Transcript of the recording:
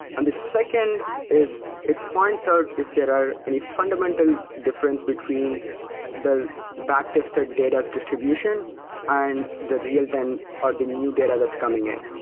and the second is it points out if there are any fundamental difference between the back tested data's distribution and the real time or the new data that's coming in.